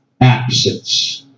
absence